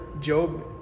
Job